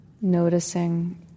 noticing